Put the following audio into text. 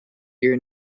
your